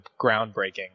groundbreaking